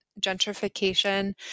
gentrification